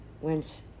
went